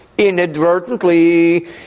Inadvertently